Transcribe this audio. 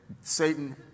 Satan